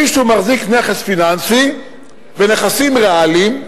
מישהו מחזיק נכס פיננסי ונכסים ריאליים,